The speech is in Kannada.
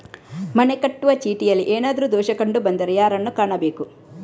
ಮನೆಗೆ ಕಟ್ಟುವ ಚೀಟಿಯಲ್ಲಿ ಏನಾದ್ರು ದೋಷ ಕಂಡು ಬಂದರೆ ಯಾರನ್ನು ಕಾಣಬೇಕು?